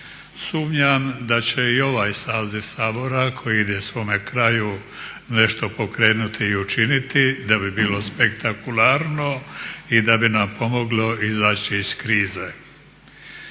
Sumnjam da će i ovaj saziv Sabora koji ide svome kraju nešto pokrenuti i učiniti da bi bilo spektakularno i da bi nam pomoglo izaći iz krize.